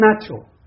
natural